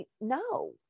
no